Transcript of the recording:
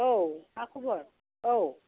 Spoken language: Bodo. औ मा खबर औ